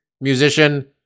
musician